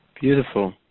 Beautiful